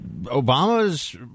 Obama's